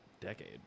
decade